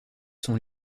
sont